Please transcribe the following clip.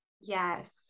Yes